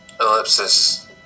Ellipsis